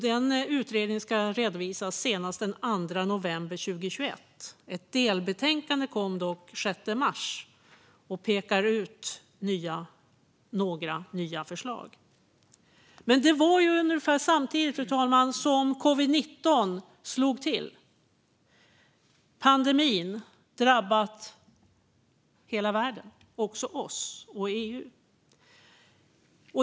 Den utredningen ska redovisas senast den 2 november 2021. Ett delbetänkande kom den 6 mars, och det pekar ut några nya förslag. Men det var ungefär samtidigt som covid-19 slog till, fru talman. Pandemin har drabbat hela världen, också oss och EU.